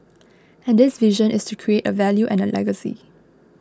and this vision is to create a value and a legacy